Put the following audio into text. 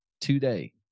today